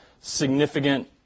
significant